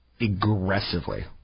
aggressively